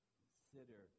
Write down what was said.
consider